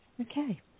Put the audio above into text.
Okay